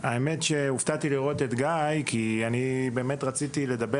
הופתעתי לראות את גיא כי רציתי לדבר